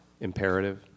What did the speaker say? imperative